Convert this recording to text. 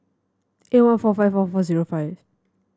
eight one four five four four zero five